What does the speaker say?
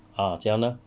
ah 怎样呢